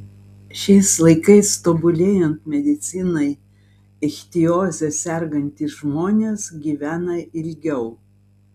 šiais laikais tobulėjant medicinai ichtioze sergantys žmonės gyvena ilgiau